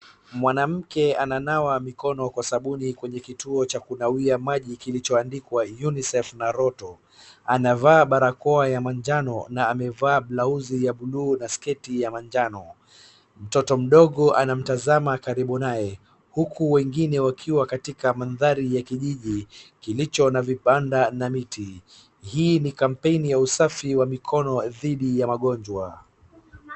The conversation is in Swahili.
Mwanamke ananawa mkono kwa sabuni kwenye kituo cha kunawia maji kilichaondikwa unisafe na roto anavaa barakoa ya maanjano na amevaa blausi ya buluu na sketi ya manjano, mtoto mdogo anamtazama karibu naye huku wengine wakiwa katika mandhari ya kijiji kilicho na vibanda na miti ,hii ni kampeni ya usafi wa mikono dhidi ya magonjwa